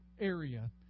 area